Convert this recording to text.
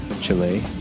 Chile